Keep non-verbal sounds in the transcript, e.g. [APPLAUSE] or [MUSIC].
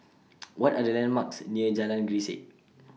[NOISE] What Are The landmarks near Jalan Grisek